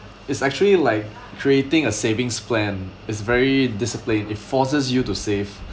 it's actually like creating a savings plan is very disciplined it forces you to save